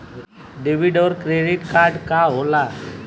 Debit और credit card का होला?